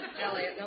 Elliot